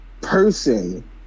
Person